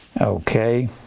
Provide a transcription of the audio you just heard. Okay